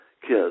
kids